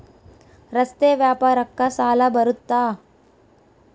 ರಸ್ತೆ ವ್ಯಾಪಾರಕ್ಕ ಸಾಲ ಬರುತ್ತಾ?